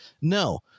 No